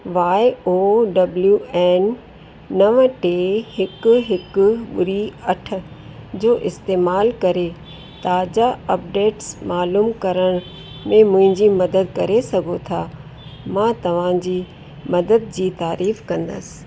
Y O W N नव टे हिकु हिकु ॿुड़ी अठ जो इस्तेमाल करे ताज़ा अपडेट्स मालूम करण में मुंहिंजी मदद करे सघो था मां तव्हांजी मदद जी तारीफ़ कंदसि